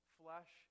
flesh